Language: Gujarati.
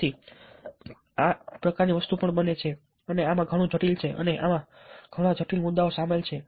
તેથી આ પ્રકારની વસ્તુ પણ બને છે અને આમાં ઘણું જટિલ છે અને આમાં ઘણા જટિલ મુદ્દાઓ સામેલ છે